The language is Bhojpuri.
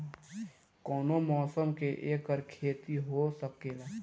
कवनो मौसम में एकर खेती हो सकेला